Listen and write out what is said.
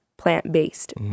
plant-based